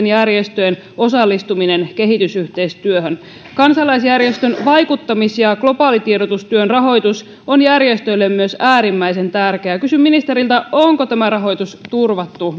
järjestöjen osallistuminen kehitysyhteistyöhön myös kansalaisjärjestön vaikuttamistyön ja globaalin tiedotustyön rahoitus on järjestöille äärimmäisen tärkeää kysyn ministeriltä onko tämä rahoitus turvattu